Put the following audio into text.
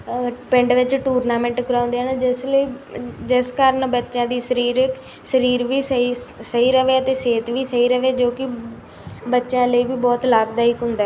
ਪਿੰਡ ਵਿੱਚ ਟੂਰਨਾਮੈਂਟ ਕਰਵਾਉਂਦੇ ਹਨ ਜਿਸ ਲਈ ਜਿਸ ਕਾਰਣ ਬੱਚਿਆਂ ਦੀ ਸਰੀਰਕ ਸਰੀਰ ਵੀ ਸਹੀ ਸਹੀ ਰਹੇ ਅਤੇ ਸਿਹਤ ਵੀ ਸਹੀ ਰਹੇ ਜੋ ਕਿ ਬੱਚਿਆਂ ਲਈ ਵੀ ਬਹੁਤ ਲਾਭਦਾਇਕ ਹੁੰਦਾ